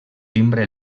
timbre